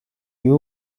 you